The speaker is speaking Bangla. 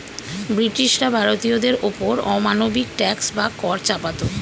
ব্রিটিশরা ভারতীয়দের ওপর অমানবিক ট্যাক্স বা কর চাপাতো